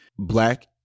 Black